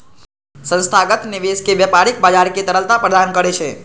संस्थागत निवेशक व्यापारिक बाजार कें तरलता प्रदान करै छै